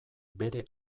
bere